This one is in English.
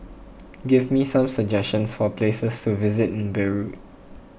give me some suggestions for places to visit in Beirut